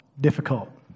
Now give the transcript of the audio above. difficult